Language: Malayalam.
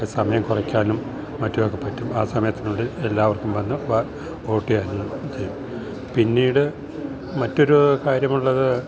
അത് സമയങ്കൊറയ്ക്കാനും മറ്റുവക്കെ പറ്റും ആ സമയത്തിനുള്ളിൽ എല്ലാവർക്കും വന്ന് ഓട്ടെയ്യാനും ചെയ്യും പിന്നീട് മറ്റൊരൂ കാര്യമുള്ളത്